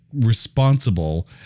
responsible